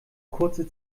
kurze